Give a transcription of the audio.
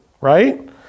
right